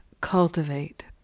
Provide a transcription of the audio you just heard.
cultivate